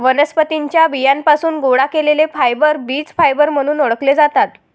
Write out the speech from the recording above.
वनस्पतीं च्या बियांपासून गोळा केलेले फायबर बीज फायबर म्हणून ओळखले जातात